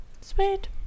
sweet